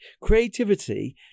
Creativity